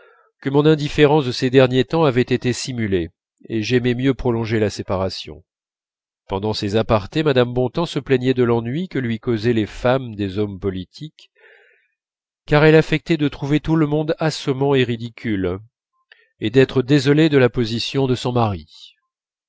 que mon indifférence de ces derniers temps avait été simulée et j'aimais mieux prolonger la séparation pendant ces apartés mme bontemps se plaignait de l'ennui que lui causaient les femmes des hommes politiques car elle affectait de trouver tout le monde assommant et ridicule et d'être désolée de la position de son mari